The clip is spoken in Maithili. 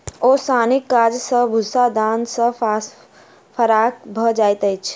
ओसौनीक काज सॅ भूस्सा दाना सॅ फराक भ जाइत अछि